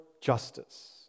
justice